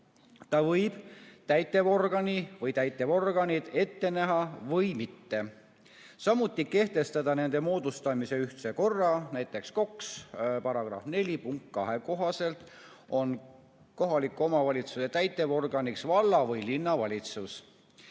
Ta võib täitevorgani või täitevorganid ette näha või mitte, samuti kehtestada nende moodustamise ühtse korra, näiteks KOKS-i § 4 punkti 2 kohaselt on kohaliku omavalitsuse täitevorganiks valla- või linnavalitsus.